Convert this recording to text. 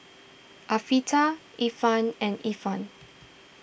Afiqah Irfan and Irfan